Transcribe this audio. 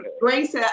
Grace